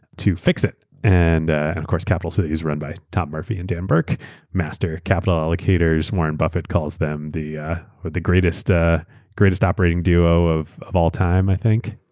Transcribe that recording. to fix it. and of course, capital cities is run by tom murphy and dan burke master capital allocators. warren buffett calls them the ah but the greatest ah greatest operating duo of of all time, i think.